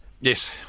Yes